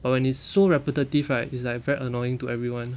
but when it's so repetitive right it's like very annoying to everyone